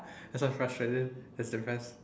frustrated is depressed